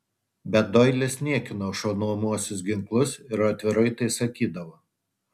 bet doilis niekino šaunamuosius ginklus ir atvirai tai sakydavo